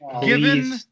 given